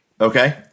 Okay